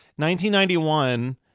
1991